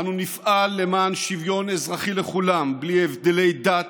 אנו נפעל למען שוויון אזרחי לכולם, בלי הבדלי דת,